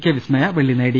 K Vismaya വെള്ളി നേടി